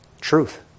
Truth